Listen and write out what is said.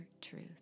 truth